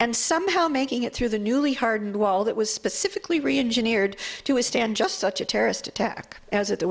and somehow making it through the newly hardened wall that was specifically reengineered to withstand just such a terrorist attack as at the